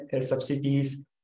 subsidies